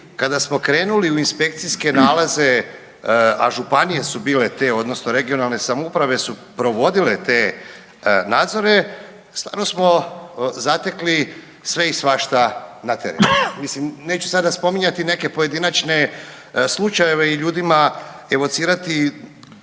kada smo krenuli u inspekcijske nalaze, a županije su bile te, odnosno regionalne samouprave su provodile te nadzore stvarno smo zatekli sve i svašta na terenu. Mislim neću sada spominjati neke pojedinačne slučajeve i ljudima evocirati